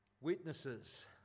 witnesses